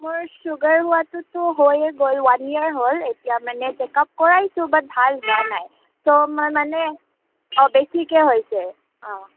মোৰ ছুগাৰ হোৱাটোতো হৈয়ে গ'ল ওৱান ইয়েৰ হ'ল এতিয়া মানে চেক আপ কৰাইছোঁ বাট ভাল হোৱা নাই তো মই মানে অঁ বেছিকৈ হৈছে অঁ